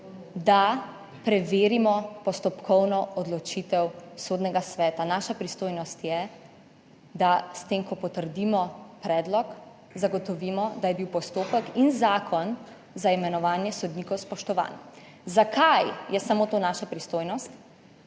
da preverimo postopkovno odločitev Sodnega sveta, naša pristojnost je, da s tem, ko potrdimo predlog, zagotovimo, da sta bila spoštovana postopek in zakon za imenovanje sodnikov. Zakaj je samo to naša pristojnost?